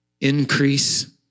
Increase